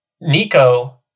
Nico